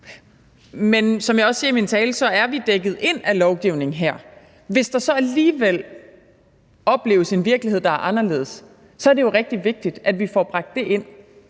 men som jeg også siger i min tale, er vi her dækket ind af lovgivningen. Hvis der så alligevel opleves en virkelighed, der er anderledes, så er det jo rigtig vigtigt, at vi får bragt det ind,